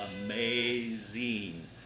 amazing